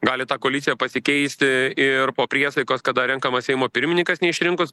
gali ta koalicija pasikeisti ir po priesaikos kada renkamas seimo pirmininkas neišrinkus